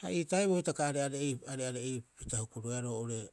Ha ii taibuo hitaka, are are'eipita hukuroea roo'ore.